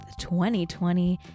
2020